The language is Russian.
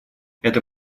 это